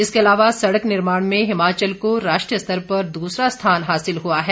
इसके अलावा सड़क निर्माण में हिमाचल को राष्ट्रीय स्तर पर दूसरा स्थान हासिल हुआ है